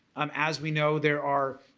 um as we know there are